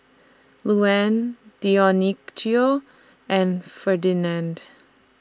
Luanne Dionicio and Ferdinand